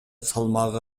салмагы